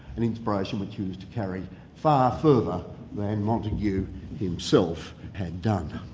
an inspiration which he was to carry far further than montague himself had done.